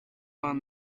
vingt